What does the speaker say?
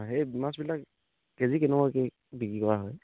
সেই মাছবিলাক কেজি কেনেকুৱাকৈ বিক্ৰী কৰা হয়